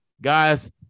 Guys